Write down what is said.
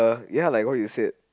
ya like what you said